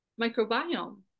microbiome